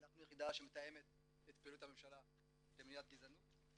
אנחנו היחידה שמתאמת את פעילות הממשלה למניעת גזענות.